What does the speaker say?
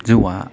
जौआ